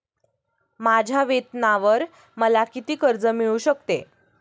माझ्या वेतनावर मला किती कर्ज मिळू शकते?